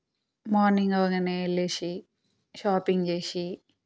morning అవగానే వెళ్ళేసి ping చేసి